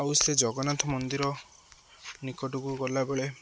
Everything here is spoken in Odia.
ଆଉ ସେ ଜଗନ୍ନାଥ ମନ୍ଦିର ନିକଟକୁ ଗଲାବେଳେ